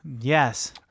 Yes